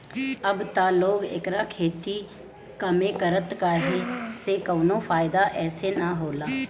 अब त लोग एकर खेती कमे करता काहे से कवनो फ़ायदा एसे न होला